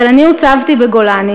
אבל אני הוצבתי בגולני,